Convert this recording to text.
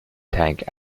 tank